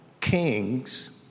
kings